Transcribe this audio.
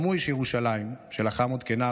שגם הוא איש ירושלים שלחם לשחרורה עוד כנער.